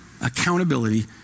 Accountability